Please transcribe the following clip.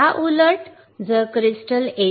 याउलट जर crystal A